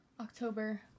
October